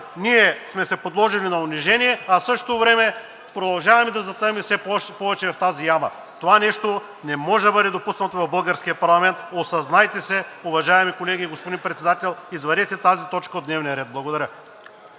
ние сме се подложили на унижение, а в същото време продължаваме да затъваме още повече в тази яма. Това нещо не може да бъде допуснато в българския парламент. Осъзнайте се, уважаеми колеги и господин Председател, извадете тази точка от дневния ред! Благодаря.